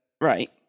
Right